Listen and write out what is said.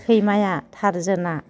सैमाया टारजोना